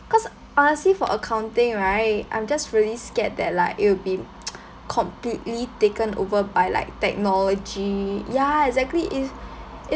cause honestly for accounting right I'm just really scared that like it'll be completely taken over by like technology ya exactly if